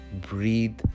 Breathe